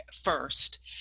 first